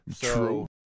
True